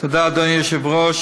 תודה, אדוני היושב-ראש.